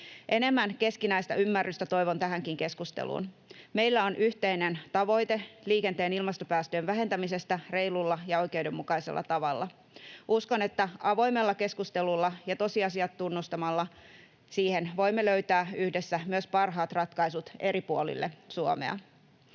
Enemmän keskinäistä ymmärrystä toivon tähänkin keskusteluun. Meillä on yhteinen tavoite liikenteen ilmastopäästöjen vähentämisestä reilulla ja oikeudenmukaisella tavalla. Uskon, että avoimella keskustelulla ja tosiasiat tunnustamalla voimme löytää yhdessä siihen myös parhaat ratkaisut eri puolille Suomea.